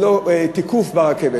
ללא תיקוף ברכבת,